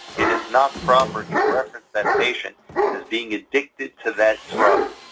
it is not proper to reference that patient as being addicted to that drug.